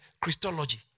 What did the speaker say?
Christology